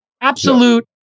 absolute